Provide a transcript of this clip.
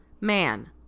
man